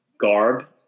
garb